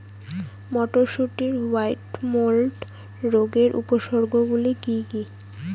মটরশুটির white mould রোগের উপসর্গগুলি কী কী?